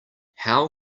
how